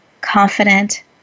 confident